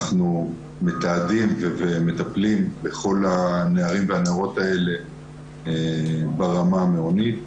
אנחנו מתעדים ומטפלים בכל הנערים והנערות האלה ברמה המעונית.